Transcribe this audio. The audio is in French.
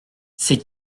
c’est